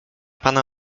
pana